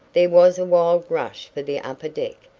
there was a wild rush for the upper deck,